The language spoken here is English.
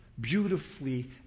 beautifully